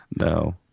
No